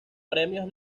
premios